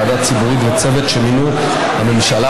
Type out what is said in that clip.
ועדה ציבורית וצוות שמינו הממשלה,